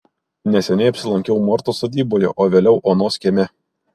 neseniai apsilankiau mortos sodyboje o vėliau onos kieme